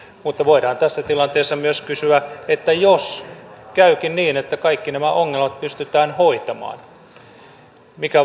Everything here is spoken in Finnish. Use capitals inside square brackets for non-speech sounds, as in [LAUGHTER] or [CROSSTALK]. mutta voidaan tässä tilanteessa myös kysyä että jos käykin niin että kaikki nämä ongelmat pystytään hoitamaan niin mikä [UNINTELLIGIBLE]